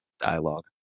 dialogue